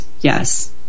yes